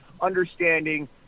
understanding